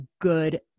good